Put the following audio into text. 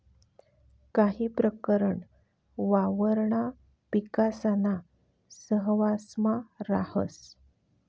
काही प्रकरण वावरणा पिकासाना सहवांसमा राहस